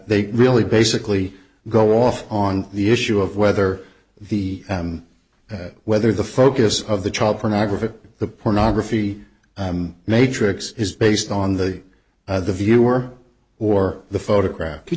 they really basically go off on the issue of whether the that whether the focus of the child pornography the pornography matrix is based on the the viewer or the photograph could